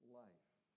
life